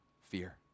fear